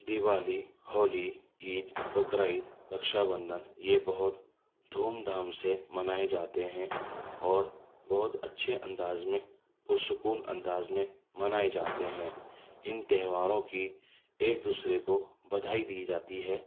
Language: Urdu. دیوالی ہولی عید بقر عید رکشا بندھن یہ بہت دھوم دھام سے منائے جاتے ہیں اور بہت اچھے انداز میں پرسکون انداز میں منائے جاتے ہیں ان تہواروں کی ایک دوسرے کو بدھائی دی جاتی ہے